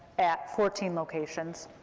at fourteen locations.